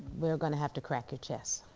we're gonna have to crack your chest.